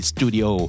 Studio